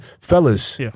fellas